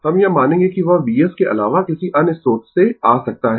हम यह मानेंगें कि वह Vs के अलावा किसी अन्य स्रोत से आ सकता है